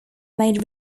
made